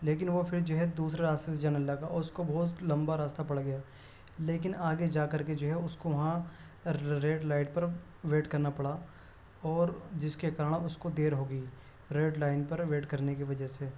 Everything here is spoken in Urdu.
لیکن وہ پھر جو ہے دوسرا راستے سے جانے لگا اور اس کو بہت لمبا راستہ پڑ گیا لیکن آگے جا کر کے جو ہے اس کو وہاں ریڈ لائٹ پر ویٹ کرنا پڑا اور جس کے کارن اس کو دیر ہو گئی ریڈ لائٹ پر ویٹ کرنے کی وجہ سے